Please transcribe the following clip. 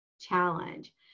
Challenge